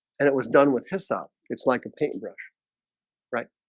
and it was done with hyssop. it's like a pink brush right,